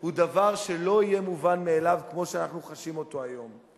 הוא דבר שלא יהיה מובן מאליו כמו שאנחנו חשים אותו היום.